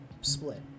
Split